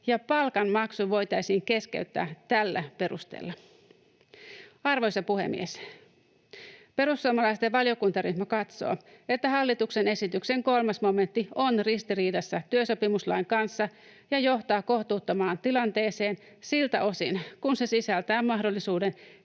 ja palkanmaksu voitaisiin keskeyttää tällä perusteella. Arvoisa puhemies! Perussuomalaisten valiokuntaryhmä katsoo, että hallituksen esityksen 3 momentti on ristiriidassa työsopimuslain kanssa ja johtaa kohtuuttomaan tilanteeseen siltä osin kuin se sisältää mahdollisuuden